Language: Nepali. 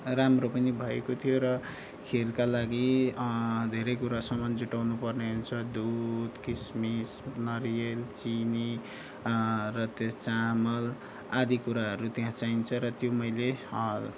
राम्रो पनि भएको थियो र खिरका लागि धेरै कुरा सामान जुटाउनुपर्ने हुन्छ दुध किसमिस नरियल चिनी र त्यो चामल आदि कुराहरू त्यहाँ चाहिन्छ र त्यो मैले